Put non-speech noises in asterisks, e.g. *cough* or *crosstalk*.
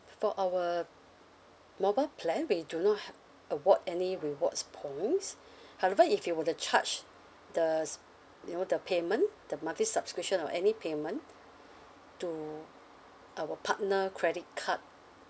for our mobile plan we do not ha~ award any rewards points *breath* however if you were to charge the you know the payment the monthly subscription or any payment to our partner credit card